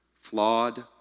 Flawed